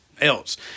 else